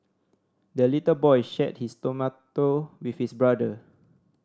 the little boy shared his tomato with his brother